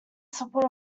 support